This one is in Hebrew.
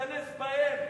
להיכנס בהם.